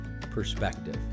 perspective